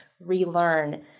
relearn